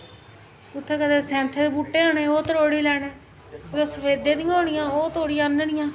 उत्थें कदें सैंथे दे बूह्टे होने ओह् तरोड़ी लैने कुदै सफेदे दियां होनियां ओह् तरोड़ी आह्ननियां